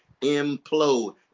implode